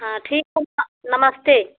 हाँ ठीक नमस्ते